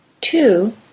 Two